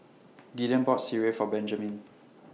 Gideon bought Sireh For Benjaman